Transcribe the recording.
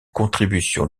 contributions